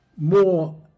more